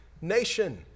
nation